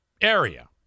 area